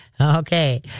Okay